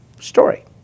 story